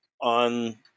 on